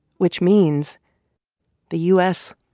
which means the u s.